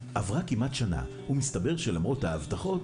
עד לפני שבוע ימים,